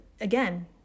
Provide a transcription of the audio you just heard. again